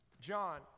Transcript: John